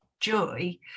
joy